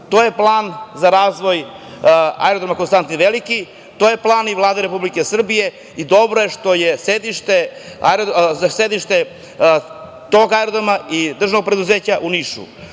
To je plan za razvoj aerodroma „Konstantin Veliki“, to je plan i Vlade Srbije. Dobro je što je sedište tog aerodroma i državnog preduzeća u